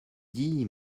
dit